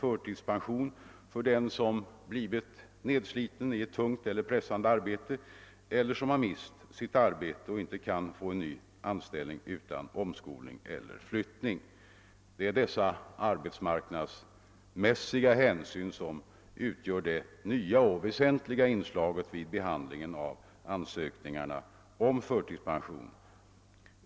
förtidspension för den som blivit nedsliten i ett tungt eller pressande arbete eller mist sitt arbete och inte kan få någon ny anställning utan omskolning eller flyttning. Det är dessa arbetsmarknadsmässiga hänsyn som utgör det nya och väsentliga inslaget vid behandlingen av ansökningar om förtidspension.